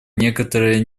некоторые